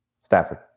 Stafford